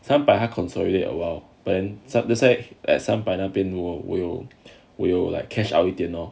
三百它 consolidate awhile then s~ that's why at 三百那边我我有我有 like cash out 一点 lor